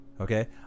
Okay